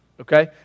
okay